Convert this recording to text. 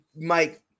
Mike